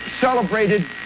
celebrated